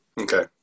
Okay